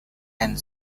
and